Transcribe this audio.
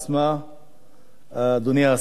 שהדבר הזה ייכנס לשגרה.